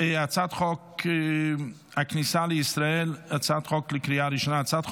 הצעת חוק הגנת השכר (תיקון,